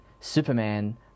Superman